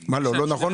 לא,